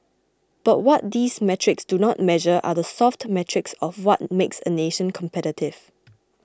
but what these metrics do not measure are the soft metrics of what makes a nation competitive